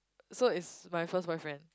so is my first boyfriend